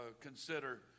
consider